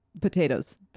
potatoes